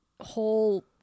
whole